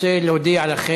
ראשון הדוברים,